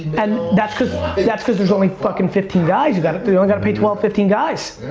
and that's cause that's cause there's only fuckin fifteen guys, they only gotta pay twelve, fifteen guys.